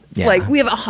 like, we have a hu,